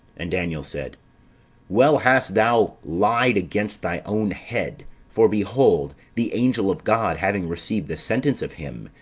and daniel said well hast thou lied against thy own head for behold the angel of god having received the sentence of him,